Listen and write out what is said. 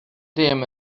dejjem